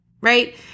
right